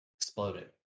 exploded